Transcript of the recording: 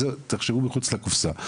תחשבו מחוץ לקופסא.